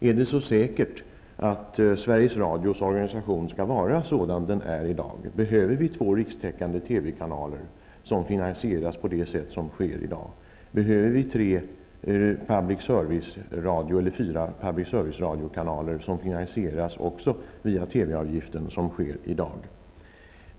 Är det så säkert att Sveriges Radios organisation skall vara sådan den är i dag? Behöver vi två rikstäckande TV-kanaler som finansieras på det sätt som sker i dag? Behöver vi fyra publicservice-radiokanaler, som också finansieras via TV-avgiften, vilket sker i dag?